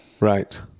Right